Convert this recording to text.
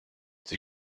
sie